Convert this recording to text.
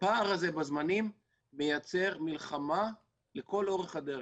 הפער הזה בזמנים מייצר מלחמה לכל אורך הדרך,